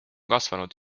kasvanud